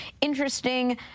interesting